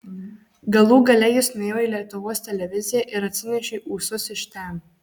galų gale jis nuėjo į lietuvos televiziją ir atsinešė ūsus iš ten